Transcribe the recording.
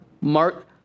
Mark